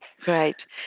Great